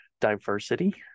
diversity